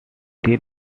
steel